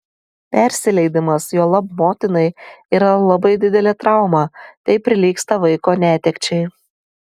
persileidimas juolab motinai yra labai didelė trauma tai prilygsta vaiko netekčiai